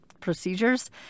procedures